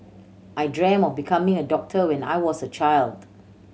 I dreamt of becoming a doctor when I was a child